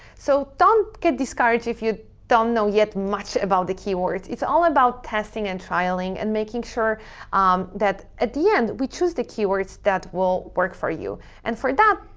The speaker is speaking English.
so don't get discouraged if you don't know yet much about the keywords. it's all about testing and trialing and making sure um that at the end we choose the keywords that will work for you. and for that,